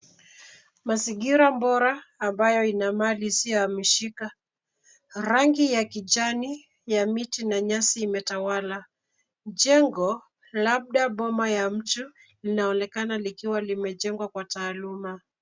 Mazingira bora ambayo ina mali isiyohamishika. Rangi ya kijani ya miti na nyasi imetawala. Jengo labda boma ya mtu linaonekana likiwa limejengwa kwa taaluma.